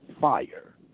fire